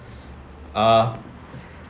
uh